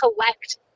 collect